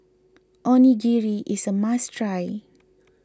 Onigiri is a must try